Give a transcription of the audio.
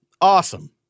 Awesome